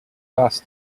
dust